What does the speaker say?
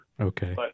Okay